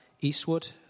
Eastwood